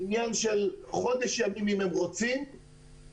של חודש ימים אם הם רוצים,